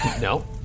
No